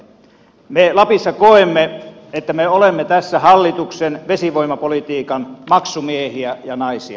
me lapissa koemme että me olemme tässä hallituksen vesivoimapolitiikan maksumiehiä ja naisia